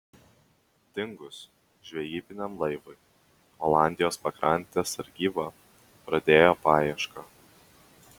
dingus žvejybiniam laivui olandijos pakrantės sargyba pradėjo paiešką